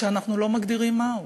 כשאנחנו לא מגדירים מהו.